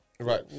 Right